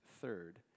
third